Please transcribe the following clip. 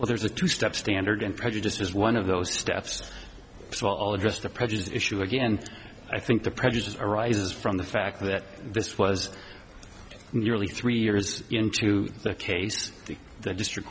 well there's a two step standard and prejudice is one of those steps saul addressed the prejudice issue again and i think the prejudice arises from the fact that this was nearly three years into the case the district